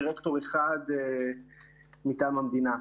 יש דירקטור אחד מטעם המדינה.